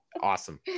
awesome